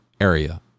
area